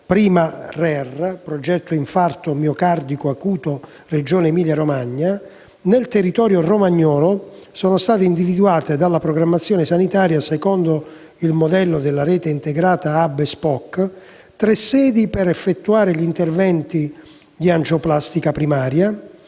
PRIMA RER (Progetto infarto miocardico acuto Regione Emilia-Romagna) nel territorio Romagnolo sono state individuate dalla programmazione sanitaria, secondo il modello della rete integrata *hub & spoke*, tre sedi per effettuare gli interventi di angioplastica primaria